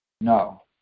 No